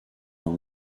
dans